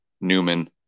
Newman